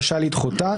רשאי לדחותה,